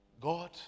God